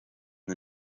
the